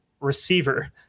receiver